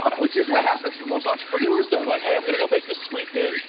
which is what happens for most entrepreneurs are like, hey i'm gonna go make this sweet thing,